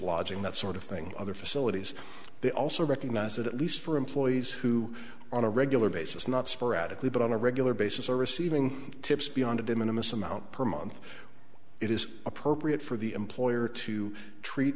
lodging that sort of thing other facilities they also recognize that at least for employees who on a regular basis not sporadically but on a regular basis are receiving tips beyond of them in the most amount per month it is appropriate for the employer to treat